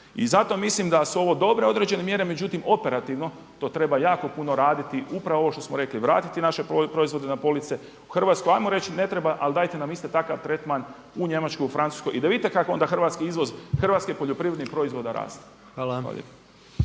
I zato mislim da su ovo dobro određene mjere međutim operativno to treba jako puno raditi upravo ovo što smo rekli vratiti naše proizvode na police u Hrvatsku, ajmo reći ne treba ali dajte nam isti takav tretman u Njemačkoj, Francuskoj i da vidite kako onda hrvatski izvoz, hrvatskih poljoprivrednih proizvoda raste. Hvala.